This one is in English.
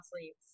leaves